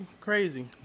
crazy